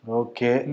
okay